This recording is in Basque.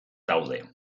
daude